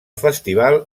festival